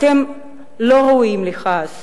אתם לא ראויים לכעס